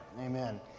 Amen